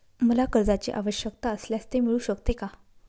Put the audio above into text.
मला कर्जांची आवश्यकता असल्यास ते मिळू शकते का?